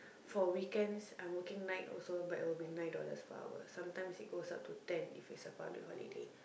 for weekends I'm working night also but it'll be nine dollars per hour sometimes it goes up to ten if it's a public holiday